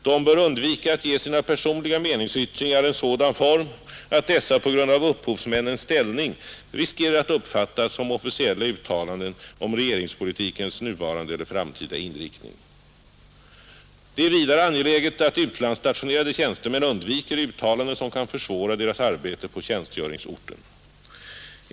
De bör undvika att ge sina personliga meningsyttringar en sådan form att dessa på grund av upphovsmännens ställning riskerar att uppfattas som officiella uttalanden om regeringspolitikens nuvarande eller framtida inriktning. Det är vidare angeläget att utlandsstationerade tjänstemän undviker uttalanden som kan försvåra deras arbete på tjänstgöringsorten.